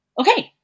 Okay